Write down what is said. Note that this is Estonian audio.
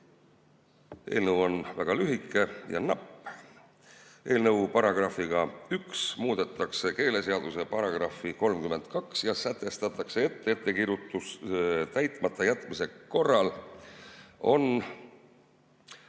Eelnõu on väga lühike ja napp. Eelnõu §‑ga 1 muudetakse keeleseaduse § 32 ja sätestatakse, et ettekirjutuse täitmata jätmise korral on